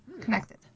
connected